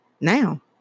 now